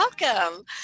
Welcome